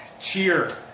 Cheer